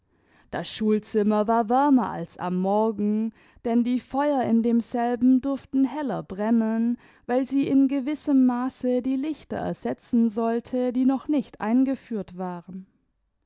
das schulzimmer war wärmer als am morgen denn die feuer in demselben durften heller brennen weil sie in gewissem maße die lichter ersetzen sollten die noch nicht eingeführt waren